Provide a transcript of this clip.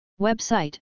Website